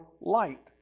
light